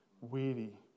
weary